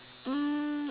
mm